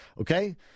Okay